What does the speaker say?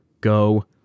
go